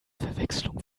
verwechslung